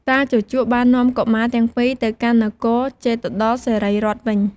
តាជូជកបាននាំកុមារទាំងពីរទៅកាន់នគរជេតុត្តរសិរីរដ្ឋ វិញ។